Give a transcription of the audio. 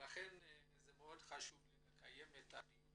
ולכן זה מאוד חשוב לי לקיים את הדיון